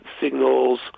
signals